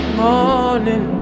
morning